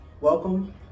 Welcome